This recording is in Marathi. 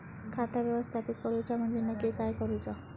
खाता व्यवस्थापित करूचा म्हणजे नक्की काय करूचा?